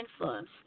influence